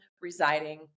residing